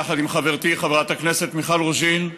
אני עם חברתי חברת הכנסת מיכל רוזין,